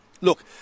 look